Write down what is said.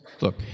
Look